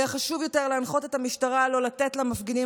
היה חשוב יותר להנחות את המשטרה שלא לתת למפגינים